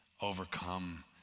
overcome